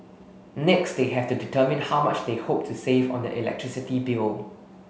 next they have to determine how much they hope to save on their electricity bill